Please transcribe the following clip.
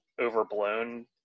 overblown